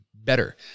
better